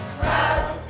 proud